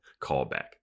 callback